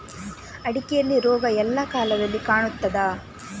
ಅಡಿಕೆಯಲ್ಲಿ ರೋಗ ಎಲ್ಲಾ ಕಾಲದಲ್ಲಿ ಕಾಣ್ತದ?